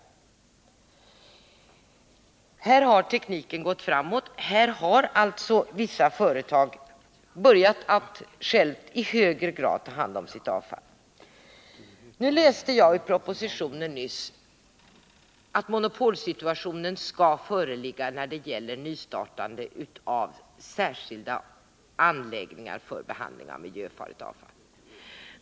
Här har tekniken gått framåt, och här har alltså vissa företag börjat att i högre grad själva ta hand om sitt avfall. Jag läste nyss i propositionen att monopolsituationen skall föreligga när det gäller nystartande av särskilda anläggningar för behandling av miljöfarligt avfall.